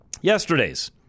Yesterday's